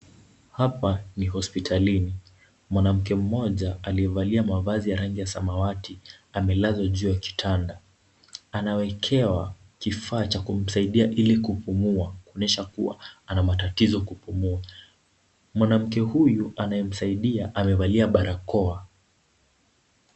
Hapa ni hospitalini. Mwanamke mmoja aliyevalia mavazi ya rangi ya samawati, amelazwa juu ya kitanda. Anamuekea kifaa cha kumsaidia ili kupumua, kuonyesha kuwa ana matatizo kupumua. Mwanamke huyu anayemsaidia amevalia barakoa.